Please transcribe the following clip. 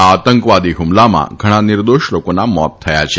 આ આતંકવાદી હુમલામાં ઘણા નિર્દોષ લોકોના મોત થયા છે